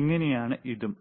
ഇങ്ങനെയാണ് ഇതും